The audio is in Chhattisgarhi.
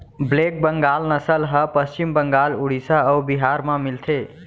ब्लेक बंगाल नसल ह पस्चिम बंगाल, उड़ीसा अउ बिहार म मिलथे